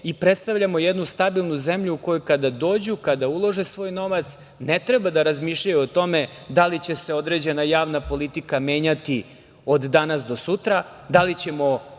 i predstavljamo jednu stabilnu zemlju u koju kada dođu, kada ulože svoj novac, ne treba da razmišljaju o tome da li će se određena javna politika menjati od danas do sutra, da li ćemo